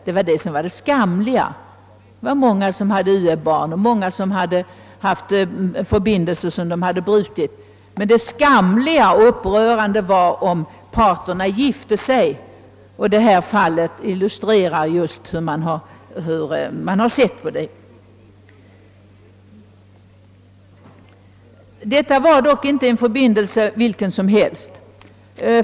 Det var många som hade uäbarn och många som hade haft förbin delser som de hade brutit, men dei skamliga och upprörande var om parterna gifte sig. Detta fall illustrerar hur man har sett på sådant. Detta var dock inte en förbindelse vilken som helst.